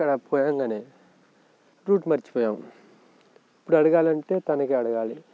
అక్కడ పోగానే రూట్ మర్చిపోయాం ఇప్పుడు అడగాలంటే తనకే అడగాలి